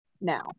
now